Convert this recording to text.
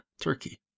Turkey